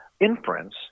inference